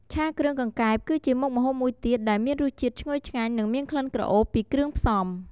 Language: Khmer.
ឆាគ្រឿងកង្កែប គឺជាមុខម្ហូបមួយទៀតដែលមានរសជាតិឈ្ងុយឆ្ងាញ់ និងមានក្លិនក្រអូបពីគ្រឿងផ្សំ។